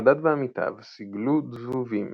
חדד ועמיתיו סיגלו זבובים